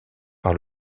par